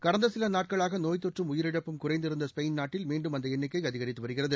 கடந்த சில நாட்களாக நோய்த்தொற்றும் உயிரிழப்பும் குறைந்திருந்த ஸ்பெயின் நாட்டில் மீண்டும் அந்த எண்ணிக்கை அதிகரித்து வருகிறது